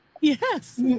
yes